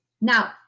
Now